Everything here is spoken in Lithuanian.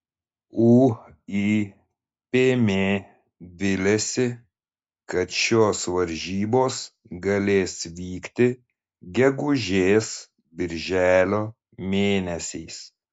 uipm viliasi kad šios varžybos galės vykti gegužės birželio mėnesiais